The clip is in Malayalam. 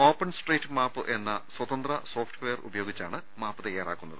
ഓപ്പൺ സ്ട്രീറ്റ് മാപ്പ് എന്ന സ്വതന്ത്ര സോഫ്റ്റ്വെയർ ഉപയോഗി ച്ചാണ് മാപ്പ് തയാറാക്കുന്നത്